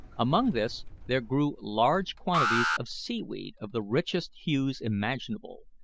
among this there grew large quantities of seaweed of the richest hues imaginable,